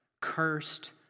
cursed